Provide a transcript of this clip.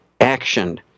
action